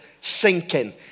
sinking